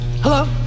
Hello